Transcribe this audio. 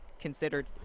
considered